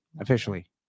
Officially